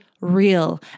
real